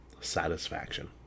satisfaction